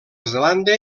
zelanda